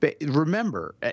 remember